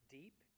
deep